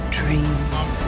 dreams